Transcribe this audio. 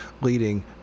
leading